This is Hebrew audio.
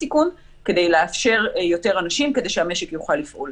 הסיכון כדי לאפשר יותר אנשים כדי שהמשק יוכל לפעול.